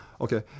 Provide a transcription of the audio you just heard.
okay